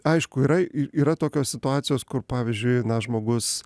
aišku yra i yra tokios situacijos kur pavyzdžiui žmogus